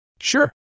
Sure